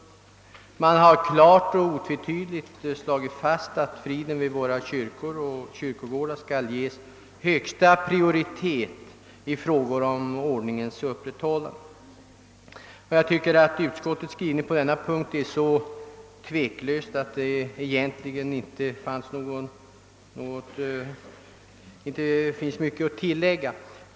Utskottet har klart och otvetydigt slagit fast att friden vid våra kyrkor och kyrkogårdar skall ges högsta prioritet bland de frågor som har samband med ordningens upprätthållande. Jag tycker att utskottets skrivning på denna punkt är så tveklös, att det egentligen inte skulle finnas så mycket att tillägga.